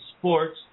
sports